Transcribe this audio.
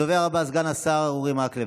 הדובר הבא, סגן השר אורי מקלב.